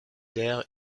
der